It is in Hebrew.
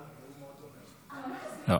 לא.